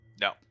no